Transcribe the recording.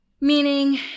Meaning